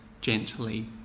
gently